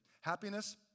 Happiness